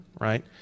right